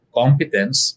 competence